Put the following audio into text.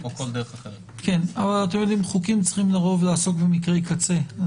אבל חוקים צריכים לעסוק במקרי קצה.